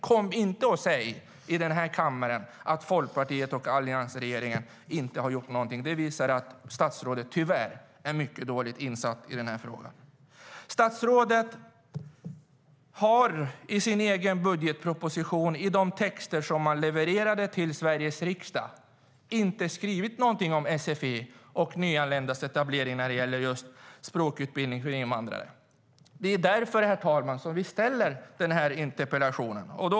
Kom inte och säg här i kammaren att Folkpartiet och alliansregeringen inte har gjort något! Det visar att statsrådet tyvärr är mycket dåligt insatt i den här frågan. Statsrådet har i sin egen budgetproposition i de texter man levererade till Sveriges riksdag inte skrivit något om sfi och nyanländas etablering när det gäller språkutbildning. Det är därför vi ställer denna interpellation.